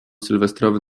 sylwestrowy